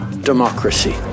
Democracy